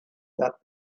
that